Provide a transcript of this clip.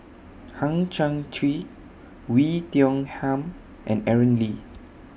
Hang Chang Chieh Oei Tiong Ham and Aaron Lee